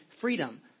freedom